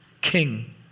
king